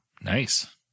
Nice